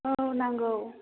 औ नांगौ